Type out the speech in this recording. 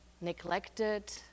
neglected